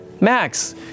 Max